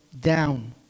down